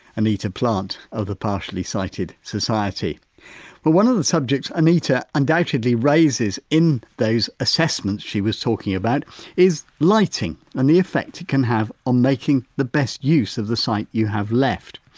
anita plant of the partially sighted society well one of the subjects anita undoubtedly raises in those assessments she was talking about is lighting and the effect it can have on ah making the best use of the sight you have left.